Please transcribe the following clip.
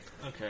Okay